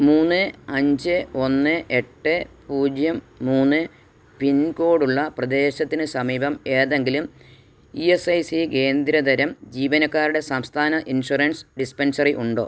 മൂന്ന് അഞ്ച് ഒന്ന് എട്ട് പൂജ്യം മൂന്ന് പിൻകോഡ് ഉള്ള പ്രദേശത്തിന് സമീപം ഏതെങ്കിലും ഇ എസ് ഐ സി കേന്ദ്ര തരം ജീവനക്കാരുടെ സംസ്ഥാന ഇൻഷുറൻസ് ഡിസ്പെൻസറി ഉണ്ടോ